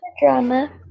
drama